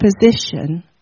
position